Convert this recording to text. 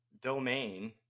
domain